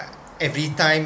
every time